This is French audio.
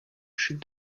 chute